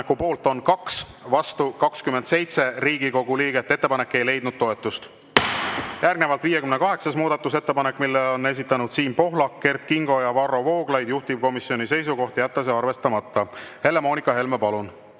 poolt on 2, vastu 28 Riigikogu liiget. Ettepanek ei leidnud toetust. Järgnevalt 60. muudatusettepanek, mille on esitanud Siim Pohlak, Kert Kingo ja Varro Vooglaid. Juhtivkomisjoni seisukoht on jätta arvestamata. Helle‑Moonika Helme, palun!